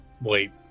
Wait